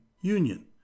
Union